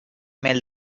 mel